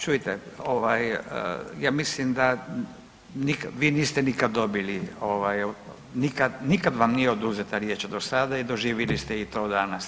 A čujte, ja mislim da vi nikad niste dobili, nikad vam nije oduzeta riječ do sada i doživjeli ste i to danas.